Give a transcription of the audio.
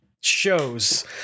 shows